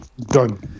Done